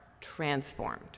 transformed